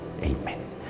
Amen